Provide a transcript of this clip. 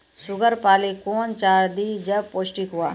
Sugar पाली कौन चार दिय जब पोस्टिक हुआ?